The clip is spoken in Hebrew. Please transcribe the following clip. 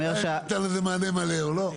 האם ניתן לזה מענה מלא או לא?